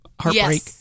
heartbreak